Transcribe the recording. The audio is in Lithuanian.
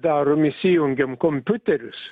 darom įsijungiam kompiuterius